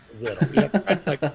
little